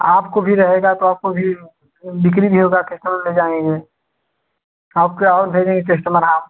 आपको भी रहेगा तो आपको भी वह बिक्री भी होगा कस्टमर ले जाएँगे आपके और भेजेंगे केस्टमर आप